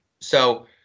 So-